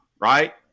right